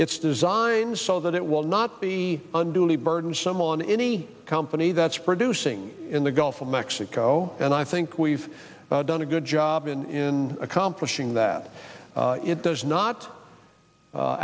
it's designed so that it will not be unduly burdensome on any company that's producing in the gulf of mexico and i think we've done a good job in accomplishing that it does not